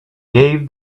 gave